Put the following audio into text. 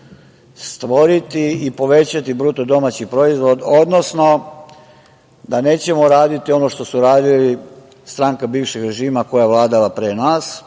kroz to stvoriti i povećati BDP, odnosno da nećemo raditi ono što je radila stranka bivšeg režima koja je vladala pre nas,